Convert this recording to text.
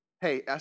Hey